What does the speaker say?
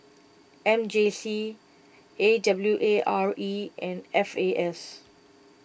M J C A W A R E and F A S